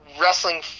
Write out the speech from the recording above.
wrestling